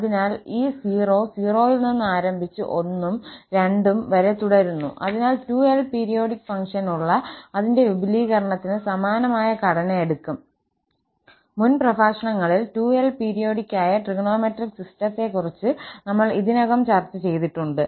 അതിനാൽ ഈ 0 0 ൽ നിന്ന് ആരംഭിച്ച് 1 ഉം 2 ഉം വരെ തുടരുന്നു അതിനാൽ 2𝑙 പീരിയോഡിക് ഫംഗ്ഷനുള്ള അതിന്റെ വിപുലീകരണത്തിന് സമാനമായ ഘടന എടുക്കും മുൻ പ്രഭാഷണങ്ങളിൽ 2𝑙 പീരിയോഡിക് ആയ ട്രിഗണോമെട്രിക് സിസ്റ്റത്തെക്കുറിച്ച് നമ്മൾ ഇതിനകം ചർച്ച ചെയ്തിട്ടുണ്ട്